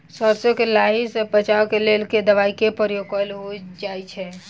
सैरसो केँ लाही सऽ बचाब केँ लेल केँ दवाई केँ प्रयोग कैल जाएँ छैय?